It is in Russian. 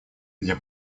для